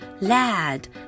Lad